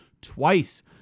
twice